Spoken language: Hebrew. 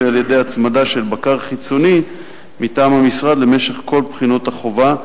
ועל-ידי הצמדה של בקר חיצוני מטעם המשרד למשך כל בחינות החובה,